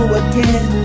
again